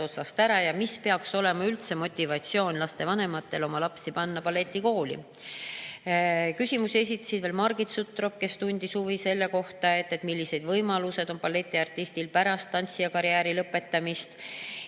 ja mis peaks olema üldse motivatsioon lastevanematel oma lapsi balletikooli panna. Küsimusi esitas veel Margit Sutrop, kes tundis huvi selle vastu, millised võimalused on balletiartistil pärast tantsijakarjääri lõpetamist.